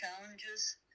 challenges